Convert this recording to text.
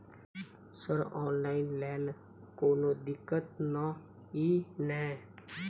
Sir online लैल कोनो दिक्कत न ई नै?